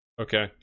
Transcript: Okay